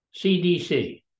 CDC